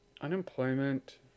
unemployment